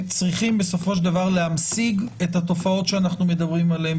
בסופו של דבר אנחנו צריכים להמשיג את התופעות שאנחנו מדברים עליהן,